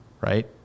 right